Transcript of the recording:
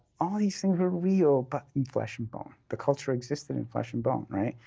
all these things were real but in flesh and bone. the culture existed in flesh and bone, right?